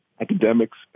academics